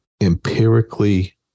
empirically